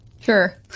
sure